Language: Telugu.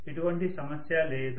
ఎటువంటి సమస్య లేదు